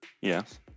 Yes